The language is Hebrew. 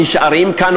נשארים כאן,